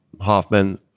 Hoffman